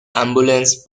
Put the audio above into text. ambulance